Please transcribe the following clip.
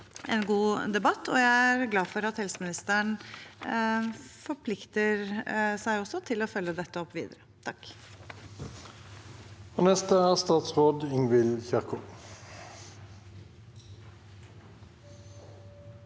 en god debatt, og jeg er glad for at helseministeren forplikter seg til å følge dette opp videre. Statsråd Ingvild Kjerkol